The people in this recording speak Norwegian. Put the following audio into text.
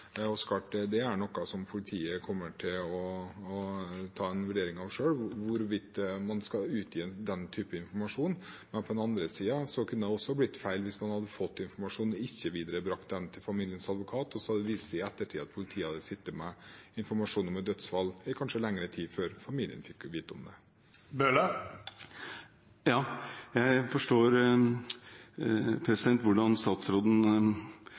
og det er noe politiet kommer til å ta en vurdering av selv: hvorvidt man skal utgi den typen informasjon. Men på den andre siden kunne det også ha blitt feil hvis man hadde fått informasjon og ikke viderebrakt den til familiens advokat, og så hadde det i ettertid vist seg at politiet hadde sittet med informasjon om et dødsfall, kanskje i lengre tid, før familien fikk vite om det. Jeg forstår hvordan statsråden